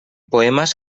poemas